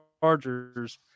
Chargers